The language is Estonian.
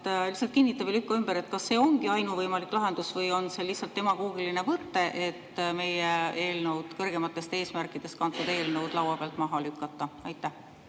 Lihtsalt kinnita või lükka ümber, kas see ongi ainuvõimalik lahendus või on see lihtsalt demagoogiline võte, et meie eelnõud, kõrgematest eesmärkidest kantud eelnõud laua pealt maha lükata. Aitäh,